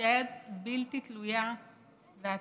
תישאר בלתי תלויה ועצמאית,